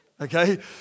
Okay